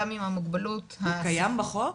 זה קיים בחוק?